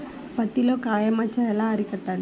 పత్తిలో కాయ మచ్చ ఎలా అరికట్టాలి?